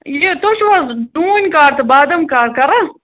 یہِ تُہۍ چھُو حظ ڈوٗنۍ کار تہٕ بادَم کار کَران